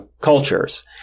cultures